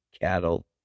cattle